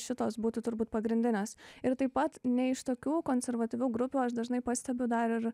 šitos būtų turbūt pagrindinės ir taip pat ne iš tokių konservatyvių grupių aš dažnai pastebiu dar ir